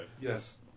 Yes